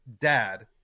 dad